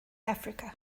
africa